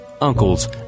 uncles